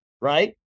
right